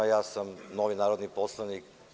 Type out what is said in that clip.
Ja sam novi narodni poslanik.